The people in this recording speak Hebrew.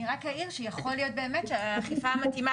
אני רק אעיר שיכול להיות באמת שהאכיפה המתאימה